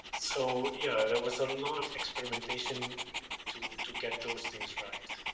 so, yeah, there was a lot of experimentation to, to get those things right.